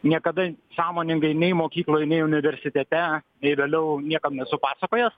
niekada sąmoningai nei mokykloj nei universitete nei vėliau niekam nesu pasakojęs